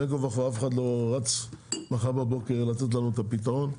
בין כה וכה אף אחד לא רץ לתת לנו את הפתרון מחר בבוקר.